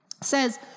says